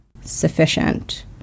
Sufficient